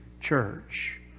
church